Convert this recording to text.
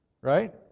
right